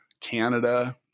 Canada